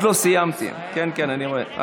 התשפ"ב 2022,